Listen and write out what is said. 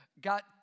got